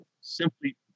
simply